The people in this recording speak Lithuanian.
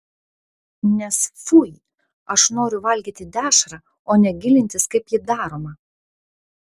nes fui aš noriu valgyti dešrą o ne gilintis kaip ji daroma